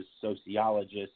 sociologists